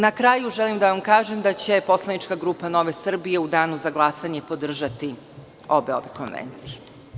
Na kraju želim da vam kažem da će poslanička grupa Nove Srbije u danu za glasanje podržati obe konvencije.